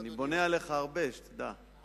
אני בונה עליך הרבה, שתדע.